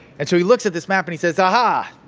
and so he looks at this map and he says, aha!